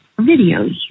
videos